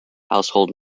household